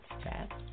step